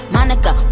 Monica